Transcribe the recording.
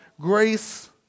grace